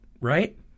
right